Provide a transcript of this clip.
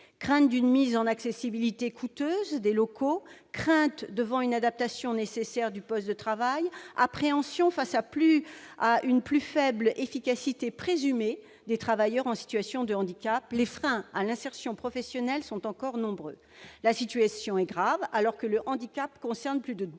Crainte d'une mise en accessibilité coûteuse des locaux, crainte devant une adaptation nécessaire du poste de travail, appréhension face à une plus faible efficacité présumée des travailleurs en situation de handicap : les freins à l'insertion professionnelle sont encore nombreux. La situation est grave, alors que le handicap concerne plus de 12